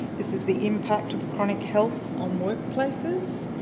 this is the impact of chronic health on workplaces,